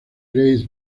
grace